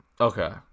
Okay